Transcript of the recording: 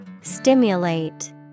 Stimulate